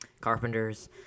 carpenters